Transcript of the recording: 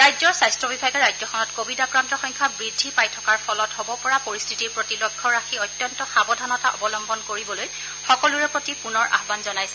ৰাজ্যৰ স্বাস্থ্য বিভাগে ৰাজ্যখনত কোৱিড আক্ৰান্তৰ সংখ্যা বৃদ্ধি পাই থকাৰ ফলত হব পৰা পৰিস্থিতিৰ প্ৰতি লক্ষ্য ৰাখি অত্যন্ত সাৱধানতা অৱলম্বন কৰিবলৈ সকলোৰে প্ৰতি পুনৰ আয়ান জনাইছে